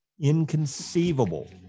inconceivable